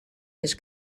his